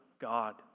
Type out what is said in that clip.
God